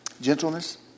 Gentleness